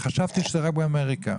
חשבתי שזה רק באמריקה.